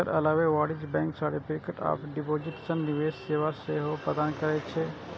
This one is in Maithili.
एकर अलावे वाणिज्यिक बैंक सर्टिफिकेट ऑफ डिपोजिट सन निवेश सेवा सेहो प्रदान करै छै